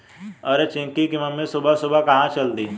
अरे चिंकी की मम्मी सुबह सुबह कहां चल दी?